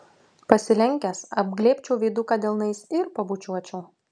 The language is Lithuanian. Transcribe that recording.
pasilenkęs apglėbčiau veiduką delnais ir pabučiuočiau